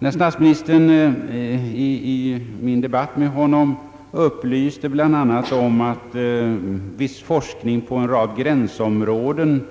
När statsministern i min debatt med honom upplyste bland annat om att viss forskning på en rad gränsområden,